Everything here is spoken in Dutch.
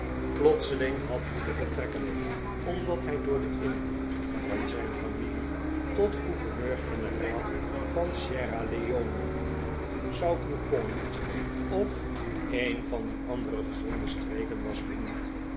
piotseling had moeten vertrekken omdat hij door den invloed van zijn familie tot gouverneur-generaal van sierra leone saugur point of een van die andere gezonde streken was benoemd